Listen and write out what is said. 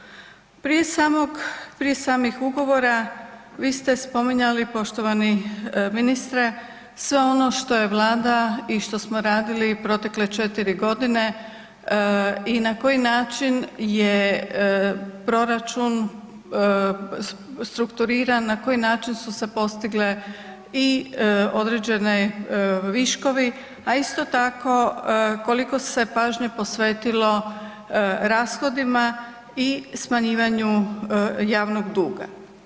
Prije samog, prije samih ugovora vi ste spominjali poštovani ministre sve ono što je vlada i što smo radili protekle 4.g. i na koji način je proračun strukturiran, na koji način su se postigle i određene viškovi, a isto tako koliko se pažnje posvetilo rashodima i smanjivanju javnog duga.